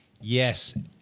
Yes